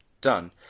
done